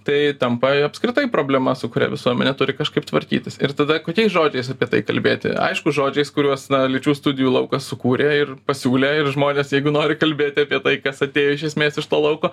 tai tampa apskritai problema su kuria visuomenė turi kažkaip tvarkytis ir tada kokiais žodžiais apie tai kalbėti aišku žodžiais kuriuos na lyčių studijų laukas sukūrė ir pasiūlė ir žmonės jeigu nori kalbėti apie tai kas atėjo iš esmės iš to lauko